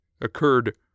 occurred